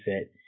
fit